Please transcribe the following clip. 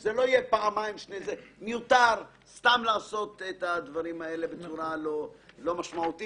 זה מיותר שיהיו שני מועדים.